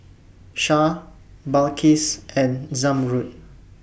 Shah Balqis and Zamrud